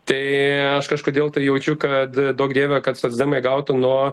tai aš kažkodėl tai jaučiu kad duok dieve kad socdemai gautų nuo